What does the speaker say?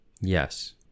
Yes